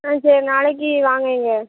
ஆ சரி நாளைக்கு வாங்க இங்கே